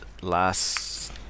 last